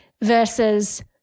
versus